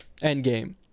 Endgame